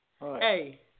Hey